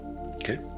okay